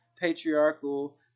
patriarchal